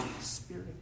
Spirit